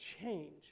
change